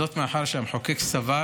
זאת מאחר שהמחוקק סבר